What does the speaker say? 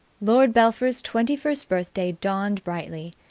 lord belpher's twenty-first birthday dawned brightly,